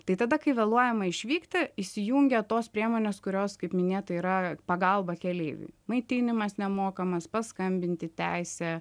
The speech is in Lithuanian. tai tada kai vėluojama išvykti įsijungia tos priemonės kurios kaip minėta yra pagalba keleiviui maitinimas nemokamas paskambinti teisė